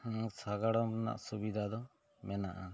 ᱦᱮᱸ ᱥᱟᱜᱟᱲᱚᱢ ᱨᱮᱱᱟᱜ ᱥᱩᱵᱤᱫᱟ ᱫᱚ ᱢᱮᱱᱟᱜᱼᱟ